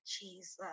Jesus